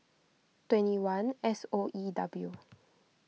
twenty one S O E W